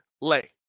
lay